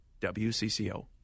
WCCO